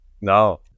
No